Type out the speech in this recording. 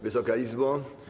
Wysoka Izbo!